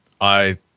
I-